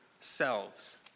selves